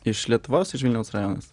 iš lietuvos vilniaus rajonas